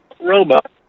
robot